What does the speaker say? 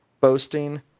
boasting